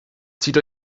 zieht